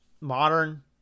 Modern